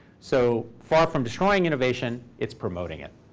so far from destroying innovation, it's promoting it.